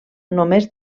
només